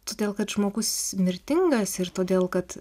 todėl kad žmogus mirtingas ir todėl kad